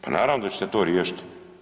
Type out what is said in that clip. Pa naravno da ćete to riješiti.